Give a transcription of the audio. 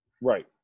Right